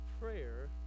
prayer